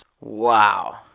Wow